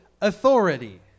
authority